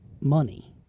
money—